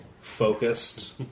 focused